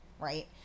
right